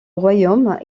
royaume